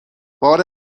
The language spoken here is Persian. بار